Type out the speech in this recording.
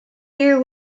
here